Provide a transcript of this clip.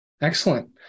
Excellent